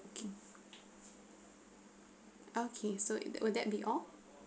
booking okay so it will that be all